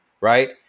right